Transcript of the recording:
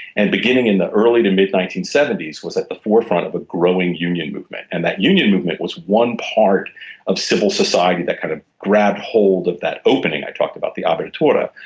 and beginning in the early to mid nineteen seventy s he was at the forefront of a growing union movement, and that union movement was one part of civil society that kind of grabbed hold of that opening i talked about, the abertura.